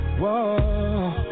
whoa